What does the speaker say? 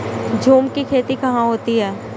झूम की खेती कहाँ होती है?